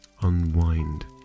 unwind